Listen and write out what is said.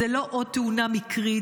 זו לא תאונה מקרית,